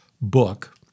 book